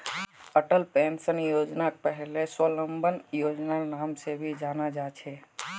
Atal pension योजनाक पहले स्वाबलंबन योजनार नाम से भी जाना जा छे